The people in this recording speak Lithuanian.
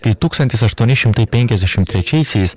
kai tūkstantis aštuoni šimtai penkiasdešim trečiaisiais